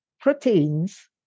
proteins